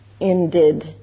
ended